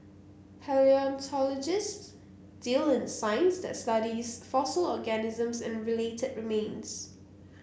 palaeontologists deal in science that studies fossil organisms and related remains